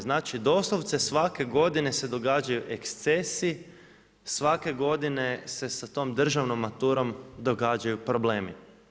Znači doslovce svake godine se događaju ekscesi, svake godine se sa tom državnom maturom događaju problemi.